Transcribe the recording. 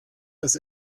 das